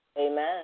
Amen